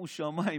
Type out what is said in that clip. שומו שמיים.